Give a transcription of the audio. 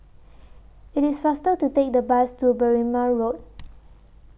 IT IS faster to Take The Bus to Berrima Road